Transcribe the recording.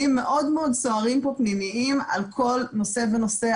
פנימיים מאוד סוערים על כל נושא ונושא,